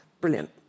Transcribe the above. brilliant